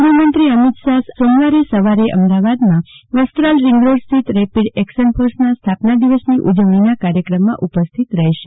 ગૃફમંત્રી અમિત શાફ સોવારે સવારે અમદાવાદમાં વસ્ત્રાલરીંગ રોડ સ્થિત રેપીડ એક્શન ફોર્સના સ્થાપના દિવસની ઉજવણીના કાર્યક્રમમાં ઉસ્થિત રહેશ